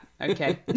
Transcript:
okay